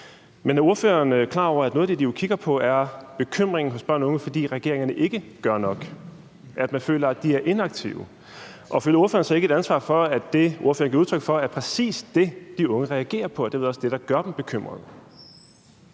Men er ordføreren klar over, at noget af det, de kigger på, er bekymringen hos børn og unge, fordi regeringerne ikke gør nok, altså at man føler, at de er inaktive? Og føler ordføreren så ikke et ansvar for, at det, ordføreren giver udtryk for, er præcis det, de unge reagerer på, og at det vel også er det,